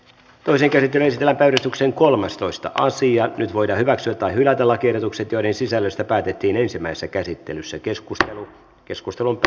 toisen kehittyneen tila tarkistuksen kolmastoista sija nyt voida hyväksyä tai hylätä lakiehdotukset joiden sisällöstä päätettiin ensimmäisessä asian käsittely päättyi